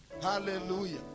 Hallelujah